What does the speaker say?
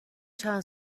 چند